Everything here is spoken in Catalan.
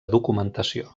documentació